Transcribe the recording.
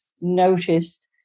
noticed